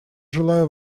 желаю